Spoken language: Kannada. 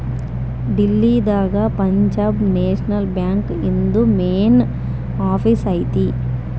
ಡೆಲ್ಲಿ ದಾಗ ಪಂಜಾಬ್ ನ್ಯಾಷನಲ್ ಬ್ಯಾಂಕ್ ಇಂದು ಮೇನ್ ಆಫೀಸ್ ಐತಿ